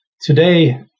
today